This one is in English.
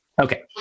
Okay